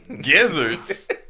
Gizzards